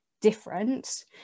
different